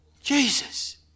jesus